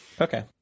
Okay